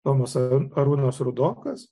tomas arūnas rudokas